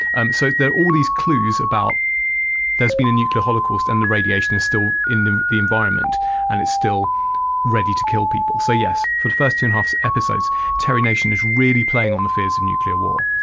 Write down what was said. and so there are all these clues about there's been a nuclear holocaust and the radiation is still in the environment and it's still ready to kill people so yes, for the first two and a half so episodes terry nation is really playing on the fears of and nuclear war.